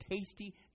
tasty